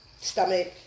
Stomach